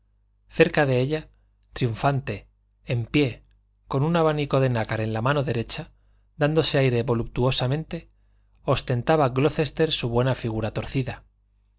cerca de ella triunfante en pie con un abanico de nácar en la mano derecha dándose aire voluptuosamente ostentaba glocester su buena figura torcida